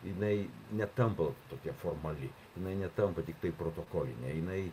jinai netampa tokia formali jinai netampa tiktai protokoline jinai